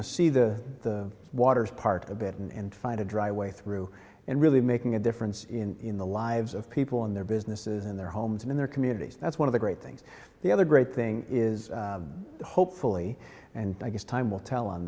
know see the waters part a bit and find a dry way through and really making a difference in the lives of people in their businesses in their homes and in their communities that's one of the great things the other great thing is hopefully and i guess time will tell on